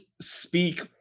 speak